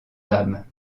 dames